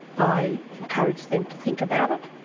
i encourage them to think about it.